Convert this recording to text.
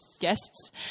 guests